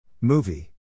Movie